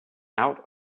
out